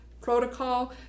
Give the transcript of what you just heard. protocol